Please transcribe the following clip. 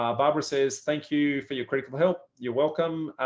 ah barbara says thank you for your critical help. you're welcome.